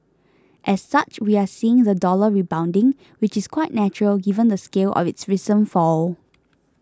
as such we are seeing the dollar rebounding which is quite natural given the scale of its recent fall